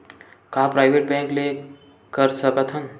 का private bank ले कर सकत हन?